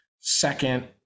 second